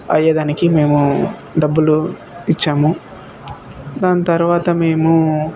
అయ్యే దానికి మేము డబ్బులు ఇచ్చాము దాని తర్వాత మేము